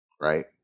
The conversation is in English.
right